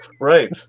right